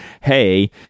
hey